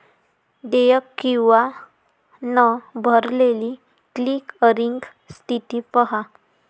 देयक किंवा न भरलेली क्लिअरिंग स्थिती पहा